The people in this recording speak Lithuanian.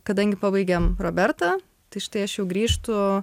kadangi pabaigėm robertą tai štai aš jau grįžtu